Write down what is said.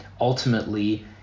Ultimately